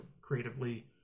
creatively